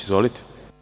Izvolite.